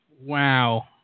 Wow